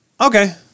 Okay